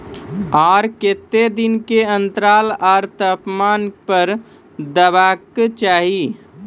आर केते दिन के अन्तराल आर तापमान पर देबाक चाही?